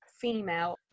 female